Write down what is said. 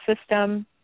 system